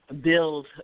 build